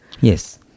Yes